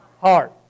Heart